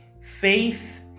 faith